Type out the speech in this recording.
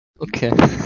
Okay